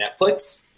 Netflix